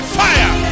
fire